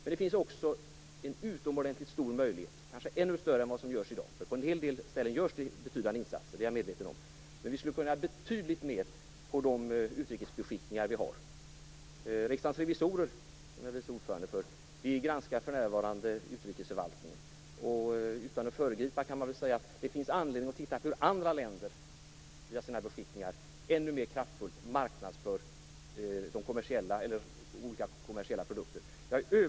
Men det finns också en utomordentligt stor möjlighet, kanske ännu större än i dag - på en del ställen görs det betydande insatser, det är jag medveten om - på de utrikes beskickningar som vi har. Riksdagens revisorer, där jag är vice ordförande, granskar för närvarande utrikesförvaltningen. Utan att föregripa resultatet av granskningen kan jag säga att det finns anledning att titta närmare på hur andra länder via sina beskickningar ännu mera kraftfullt marknadsför olika kommersiella produkter.